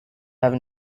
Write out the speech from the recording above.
have